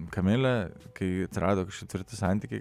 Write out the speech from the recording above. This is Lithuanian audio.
kamilė kai atsirado kažkokie tvirti santykiai